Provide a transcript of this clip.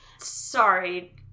Sorry